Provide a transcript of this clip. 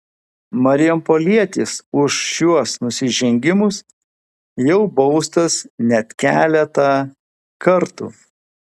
marijampolietis už šiuos nusižengimus jau baustas net keletą kartų